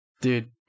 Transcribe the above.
Dude